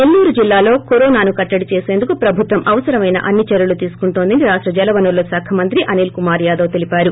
నెల్హూరు జిల్హాలో కరోనా కట్లడి చేసేందుకు ప్రభుత్వం అవసరమైన అన్ని చర్వలు తీసుకుంటోందని రాష్ట జల వనరుల శాఖ మంత్రి అనీల్ కుమార్ యాదవ్ తిలిపారు